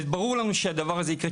וברור לנו שהדבר הזה יקרה,